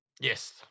Yes